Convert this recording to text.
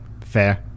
fair